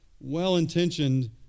well-intentioned